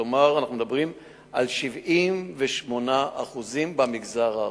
כלומר, אנחנו מדברים על 78% במגזר הערבי.